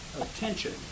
attention